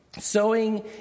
Sowing